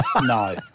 No